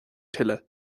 tuilleadh